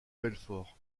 belfort